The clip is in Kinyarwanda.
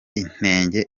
inenge